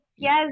Yes